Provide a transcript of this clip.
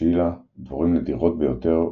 Ancyla – דבורים נדירות ביותר,